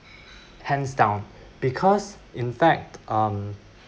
hands down because in fact um